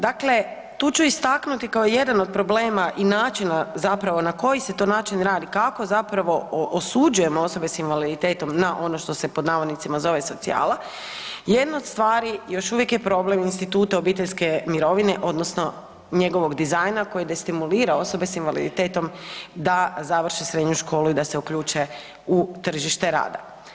Dakle, tu ću istaknuti kao jedan od problema i načina zapravo na koji se to način radi, kako osuđujemo osobe s invaliditetom na ono što se zove „socijala“ jednu od stvari još uvijek je problem instituta obiteljske mirovine odnosno njegovog dizajna koji destimulira osobe s invaliditetom da završe srednju školu i da se uključe u tržište rada.